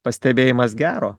pastebėjimas gero